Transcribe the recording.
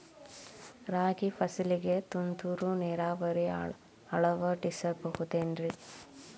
ರಾಗಿ ಫಸಲಿಗೆ ತುಂತುರು ನೇರಾವರಿ ಅಳವಡಿಸಬಹುದೇನ್ರಿ?